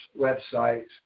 websites